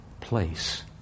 place